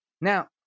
Now